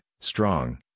strong